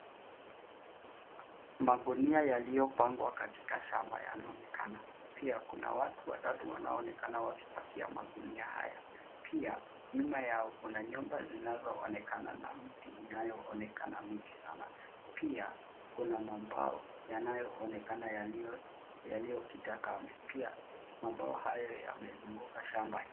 Magunia yaliyopangwa katika shamba yanaonekana. Pia kuna watu watatu wanaoonekana wakipakia magunia haya. Pia nyuma yao kuna nyumba zinazoonekana na miti inayoonekana mingi sana. Pia kuna mambao yanayoonekana yaliyokita kambi. Pia mambao hayo yamezunguka shamba hii.